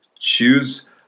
Choose